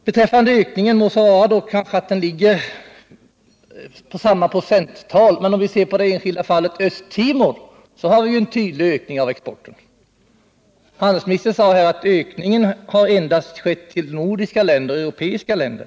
Beträffande ökningen sade Hadar Cars att den ligger kvar på samma procenttal, men om vi ser på det enskilda fallet Östra Timor, finner vi en tydlig ökning av vår vapenexport dit, fastän handelsministern sade här att en ökning endast har skett till nordiska och västeuropeiska länder.